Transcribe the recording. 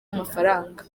amafaranga